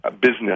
business